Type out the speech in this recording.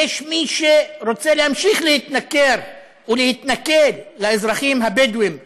יש מי שרוצה להמשיך להתנכר ולהתנכל לאזרחים הבדואים בנגב,